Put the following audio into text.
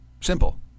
Simple